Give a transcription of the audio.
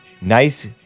Nice